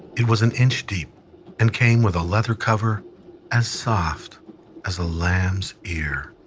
it was an inch deep and came with a leather cover as soft as a lamb's ear.